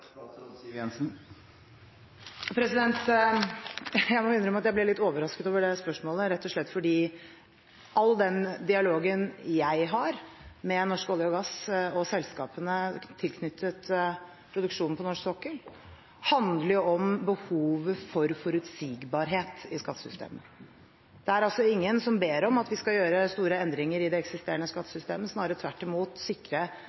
Jeg må innrømme at jeg ble litt overrasket over det spørsmålet, rett og slett fordi all den dialogen jeg har med norsk olje- og gassnæring og selskapene tilknyttet produksjonen på norsk sokkel, handler om behovet for forutsigbarhet i skattesystemet. Det er altså ingen som ber om at vi skal gjøre store endringer i det eksisterende skattesystemet – snarere tvert imot sikre